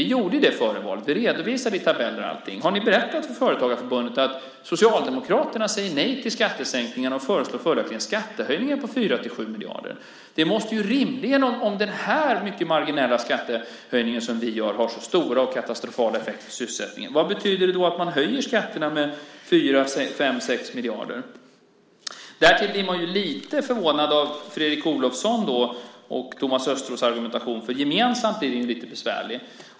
Det gjorde vi före valet. Vi redovisade den i tabeller och så vidare. Har ni berättat för Företagarförbundet att Socialdemokraterna säger nej till skattesänkningarna och följaktligen föreslår skattehöjningar på 4-7 miljarder? Om den mycket marginella skattehöjning som vi gör har så stora och katastrofala effekter på sysselsättningen, vad betyder då att man höjer skatterna med 4, 5 eller 6 miljarder? Därtill blir man lite förvånad över Fredrik Olovssons och Thomas Östros argumentation. Gemensamt blir den lite besvärlig.